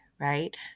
right